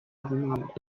genannt